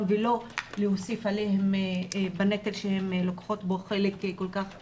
ולא להוסיף על הנטל שהן לוקחות בו חלק כל כך גדול.